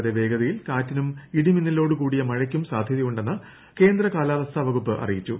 വരെ വേഗതയിൽ കാറ്റിനും ഇടിമിന്നലോട് കൂടിയ മഴയ്ക്കും സാധ്യതയുണ്ടെന്ന് കേന്ദ്ര ്കാലാവസ്ഥ വകുപ്പ് അറിയിച്ചു